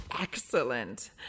Excellent